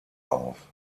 auf